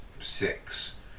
six